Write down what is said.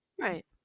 right